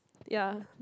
ya